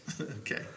okay